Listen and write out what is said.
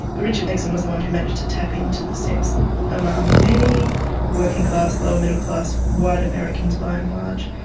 richard nixon was the one who managed to tap into the sense among many working class, lower middle class, white americans, by and large,